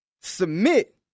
submit